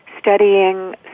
Studying